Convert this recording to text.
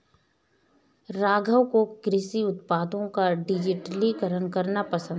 राघव को कृषि उत्पादों का डिजिटलीकरण करना पसंद है